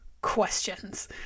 Questions